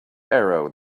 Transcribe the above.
arrow